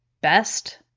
best